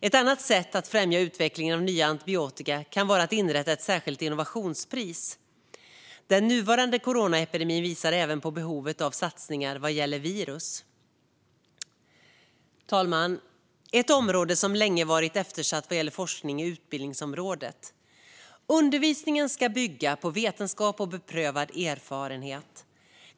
Ett annat sätt att främja utvecklingen av nya antibiotika kan vara att inrätta ett särskilt innovationspris. Den nuvarande coronaepidemin visar även på behovet av satsningar vad gäller virus. Fru talman! Ett område som länge har varit eftersatt vad gäller forskning är utbildningsområdet. Undervisningen ska bygga på vetenskap och beprövad erfarenhet.